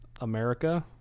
America